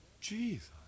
Jesus